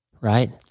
right